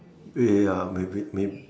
ya maybe may